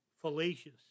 fallacious